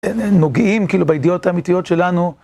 נוגעים, כאילו, בידיעות האמיתיות שלנו.